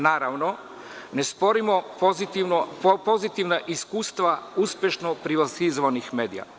Naravno, ne sporimo pozitivna iskustva uspešno privatizovanih medija.